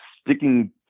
sticking